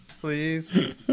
please